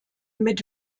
mit